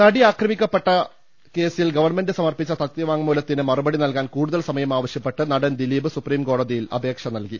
നടി ആക്രമിക്കപ്പെട്ട കേസിൽ ഗവൺമെന്റ് സമർപ്പിച്ച സത്യ വാങ്മൂലത്തിന് മറുപടി നൽകാൻ കൂടുതൽ സമയം ആവശ്യ പ്പെട്ട് നടൻ ദിലീപ് സൂപ്രീംകോടതിയിൽ അപേക്ഷ നൽകി